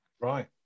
Right